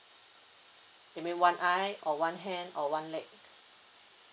that mean one eye or one hand or one leg